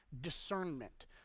discernment